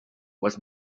was